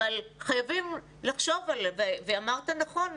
אבל חייבים לחשוב ואמרת נכון,